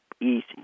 easy